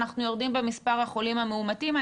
אנחנו יורדים במספר החולים הפעילים.